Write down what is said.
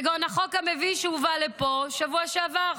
כגון החוק המביש שהובא לפה בשבוע שעבר,